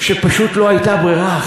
שפשוט לא הייתה ברירה.